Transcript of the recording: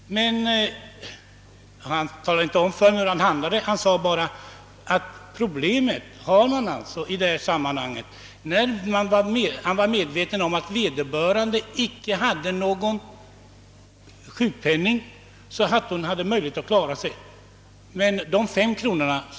Han talade inte om för mig hur han till slut hade gjort utan framhöll endast att läkarna har detta problem. Han var medveten om att vederbörande inte hade någon sjukpenning och därför hade svårt att klara sig i den öppna vården.